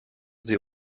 sie